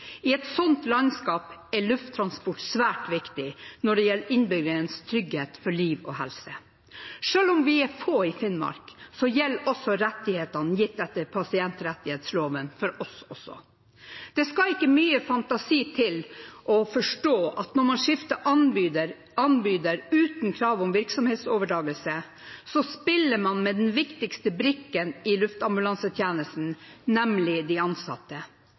I et slikt landskap er lufttransport svært viktig når det gjelder innbyggernes trygghet for liv og helse. Selv om vi er få i Finnmark, gjelder rettighetene gitt etter pasientrettighetsloven også for oss. Det skal ikke mye fantasi til å forstå at når man skifter anbyder uten krav om virksomhetsoverdragelse, spiller man med den viktigste brikken i luftambulansetjenesten, nemlig de ansatte.